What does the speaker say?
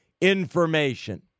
information